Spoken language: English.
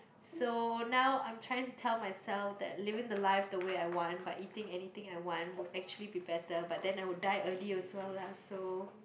so now I'm trying to tell myself that living the life the way I want but eating anything I want would actually be better but then I would die early also lah so